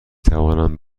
توانم